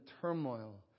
turmoil